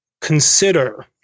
consider